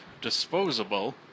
Disposable